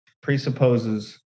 presupposes